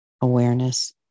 Awareness